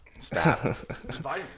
Stop